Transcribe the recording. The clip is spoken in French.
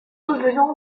revenant